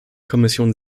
kommission